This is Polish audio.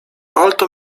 palto